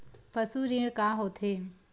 पशु ऋण का होथे?